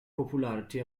popularity